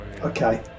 okay